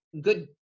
good